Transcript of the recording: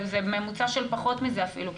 זה ממוצע של פחות מזה אפילו,